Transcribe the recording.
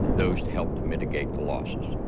and those help mitigat the loss.